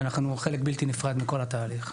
ואנחנו חלק בלתי נפרד מכל התהליך.